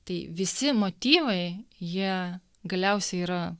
tai visi motyvai jie galiausiai yra